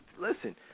listen